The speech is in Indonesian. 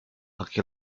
laki